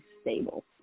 stable